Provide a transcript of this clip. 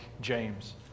James